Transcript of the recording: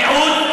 מיעוטים.